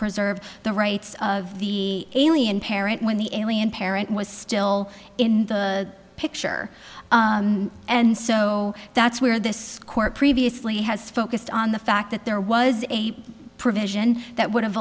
preserve the rights of the alien parent when the alien parent was still in the picture and so that's where this court previously has focused on the fact that there was a provision that would